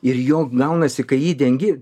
ir jo gaunasi kai jį dengi